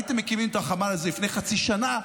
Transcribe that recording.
הייתם מקימים את החמ"ל הזה לפני חצי שנה,